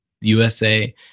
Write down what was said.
USA